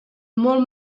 molt